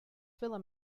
filler